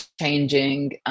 changing